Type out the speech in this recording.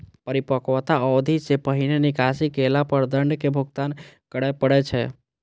परिपक्वता अवधि सं पहिने निकासी केला पर दंड के भुगतान करय पड़ै छै